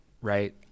Right